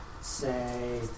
say